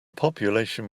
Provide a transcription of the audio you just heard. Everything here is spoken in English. population